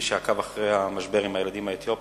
כמי שעקב אחר המשבר עם הילדים האתיופים,